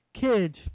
kids